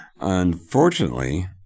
Unfortunately